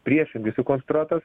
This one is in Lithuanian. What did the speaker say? priešingai sukonstruotas